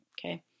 okay